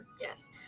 Yes